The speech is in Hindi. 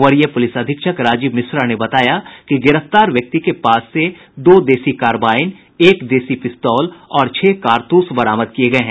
वरीय पुलिस अधीक्षक राजीव मिश्रा ने बताया कि गिरफ्तार व्यक्ति के पास से दो देसी कारबाईन एक देसी पिस्तौल और छह कारतूस बरामद किये गये हैं